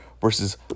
versus